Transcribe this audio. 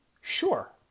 Sure